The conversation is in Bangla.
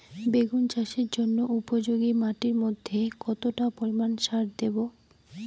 বেগুন চাষের জন্য উপযোগী মাটির মধ্যে কতটা পরিমান সার দেব?